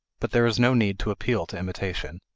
but there is no need to appeal to imitation.